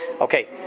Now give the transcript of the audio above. Okay